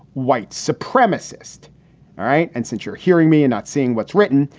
white supremacist. all right. and since you're hearing me and not seeing what's written,